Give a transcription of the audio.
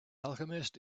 alchemist